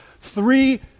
three